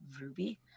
Ruby